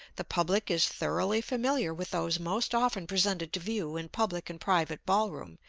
the public is thoroughly familiar with those most often presented to view in public and private ballroom,